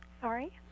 Sorry